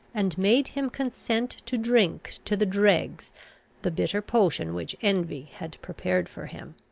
and made him consent to drink to the dregs the bitter potion which envy had prepared for him.